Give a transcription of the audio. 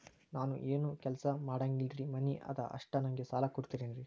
ನಾನು ಏನು ಕೆಲಸ ಮಾಡಂಗಿಲ್ರಿ ಮನಿ ಅದ ಅಷ್ಟ ನನಗೆ ಸಾಲ ಕೊಡ್ತಿರೇನ್ರಿ?